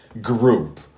group